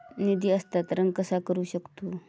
निधी हस्तांतर कसा करू शकतू?